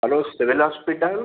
hello civil hospital